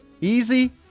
Easy